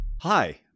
Hi